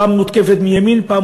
פעם מותקפת מימין ופעם מותקפת משמאל.